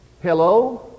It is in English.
Hello